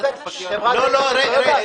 זאת אומרת,